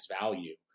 value